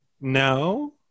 No